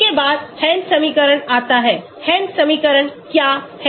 इसके बाद Hansch समीकरण आता है Hansch समीकरण क्या है